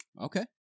okay